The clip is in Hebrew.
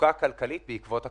במצוקה כלכלית בעקבות הקורונה.